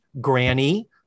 granny